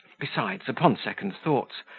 besides, upon second thoughts,